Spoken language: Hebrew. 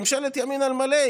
ממשלת ימין על מלא,